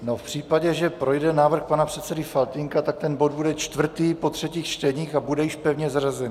V případě, že projde návrh pana předsedy Faltýnka, tak ten bod bude čtvrtý po třetích čteních a bude již pevně zařazený.